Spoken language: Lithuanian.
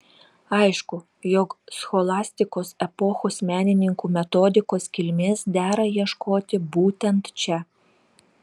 aišku jog scholastikos epochos menininkų metodikos kilmės dera ieškoti būtent čia